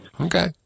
Okay